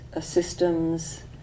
systems